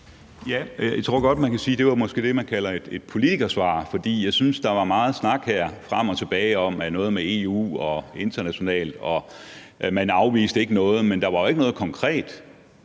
Jeg tror måske godt, man kan sige, at det var det, man kalder et politikersvar, for jeg synes, der var meget snak her frem og tilbage om noget med EU og noget internationalt, og man afviste ikke noget. Men der var jo ikke noget konkret